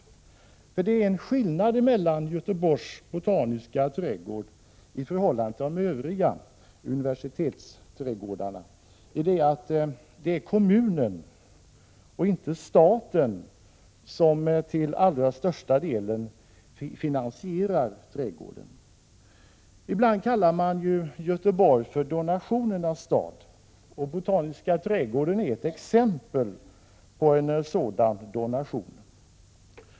Det är nämligen skillnad mellan Botaniska trädgården i Göteborg och Övriga universitets trädgårdar i det att det är kommunen och inte staten som till allra största delen finansierar verksamheten. Ibland kallar man Göteborg för donationernas stad, och Botaniska trädgården i Göteborg är ett exempel på en sådan donation.